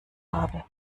habe